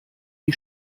die